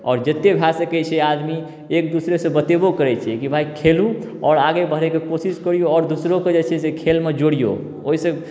आओर जतेक भए सकैत छै आदमी एक दूसरेसँ बतेबो करैत छै की भाइ खेलू आओर आगे बढ़ैके कोशिश करिऔ आओर दोसरो कऽ जे छै से खेलमे जोड़िऔ ओहिसँ